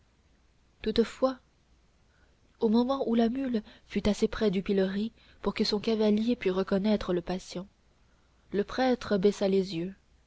toutefois au moment où la mule fut assez près du pilori pour que son cavalier pût reconnaître le patient le prêtre baissa les yeux